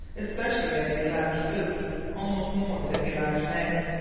especially as he lacked food almost more than he lacked men.